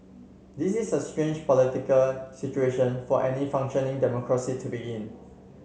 this is a strange political situation for any functioning democracy to be in